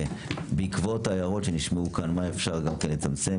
בעקבות ההערות שנשמעו כאן מה אפשר גם לצמצם,